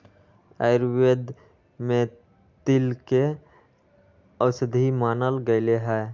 आयुर्वेद में तिल के औषधि मानल गैले है